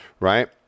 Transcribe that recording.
Right